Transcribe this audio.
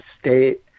state